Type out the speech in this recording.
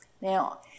Now